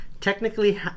technically